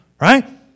right